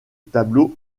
tableau